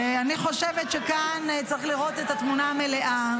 ואני חושבת שכאן צריך לראות את התמונה המלאה.